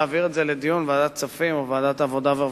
להעביר את זה לדיון בוועדת הכספים או בוועדת העבודה והרווחה.